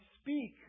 speak